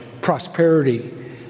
prosperity